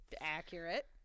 Accurate